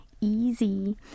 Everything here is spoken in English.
easy